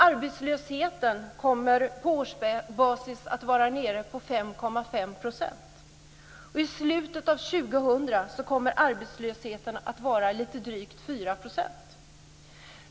Arbetslösheten kommer på årsbasis att vara nere på 5,5 %. I slutet av år 2000 kommer arbetslösheten att vara drygt 4 %.